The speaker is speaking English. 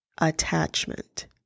attachment